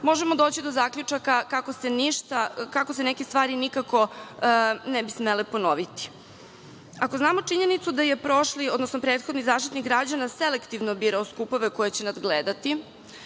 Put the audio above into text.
možemo doći do zaključaka kako se neke stvari ne bi smele ponoviti. Ako znamo činjenicu da je prošli, odnosno prethodni Zaštitnik građana selektivno birao skupove koje će nadgledati,